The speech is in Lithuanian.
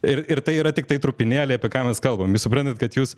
ir ir tai yra tiktai trupinėliai apie ką mes kalbam jūs suprantat kad jūs